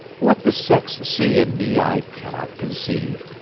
what the sex see in me i cannot conceive,